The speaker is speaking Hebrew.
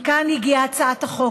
מכאן הגיעה הצעת החוק,